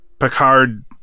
picard